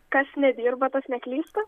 kas nedirba tas neklysta